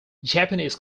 japanese